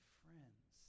friends